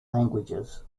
languages